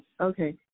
Okay